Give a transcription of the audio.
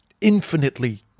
infinitely